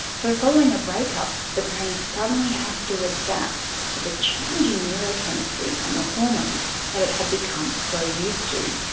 so following a breakup, the brain suddenly has to adapt to the change in neurochemistry and the hormones that it had become so used to.